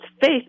faith